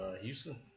Houston